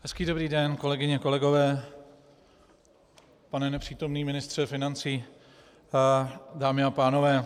Hezký dobrý den, kolegyně, kolegové, pane nepřítomný ministře financí, dámy a pánové.